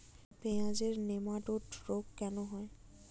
পেঁয়াজের নেমাটোড রোগ কেন হয়?